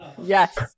Yes